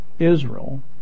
Israel